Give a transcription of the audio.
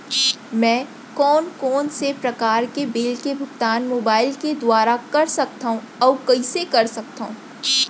मैं कोन कोन से प्रकार के बिल के भुगतान मोबाईल के दुवारा कर सकथव अऊ कइसे कर सकथव?